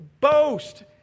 boast